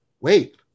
Wait